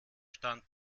stand